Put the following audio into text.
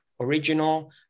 original